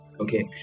Okay